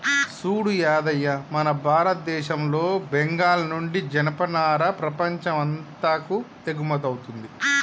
సూడు యాదయ్య మన భారతదేశంలో బెంగాల్ నుండి జనపనార ప్రపంచం అంతాకు ఎగుమతౌతుంది